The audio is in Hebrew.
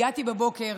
הגעתי בבוקר